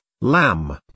Lamb